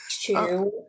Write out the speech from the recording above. two